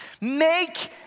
Make